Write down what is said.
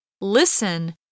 Listen